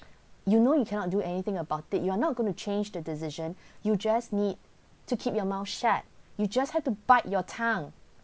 you know you cannot do anything about it you are not going to change the decision you just need to keep your mouth shut you just have to bite your tongue